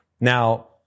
Now